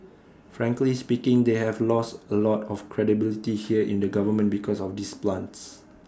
frankly speaking they have lost A lot of credibility here in the government because of these plants